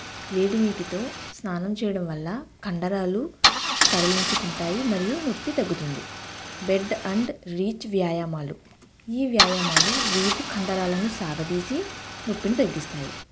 వేడి నీటితో స్నానం చేయడం వల్ల కండరాలు సడలించుకుంటాయి మరియు నొప్పి తగ్గుతుంది బెడ్ అండ్ రీచ్ వ్యాయామాలు ఈ వ్యాయామాలు వీపు కండరాలను సాగదీసి నొప్పిని తగ్గిస్తాయి